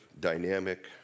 dynamic